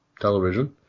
television